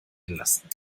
gelassen